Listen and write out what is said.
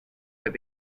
but